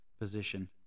position